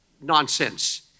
nonsense